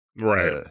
Right